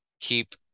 keep